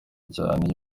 cyane